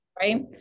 right